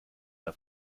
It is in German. der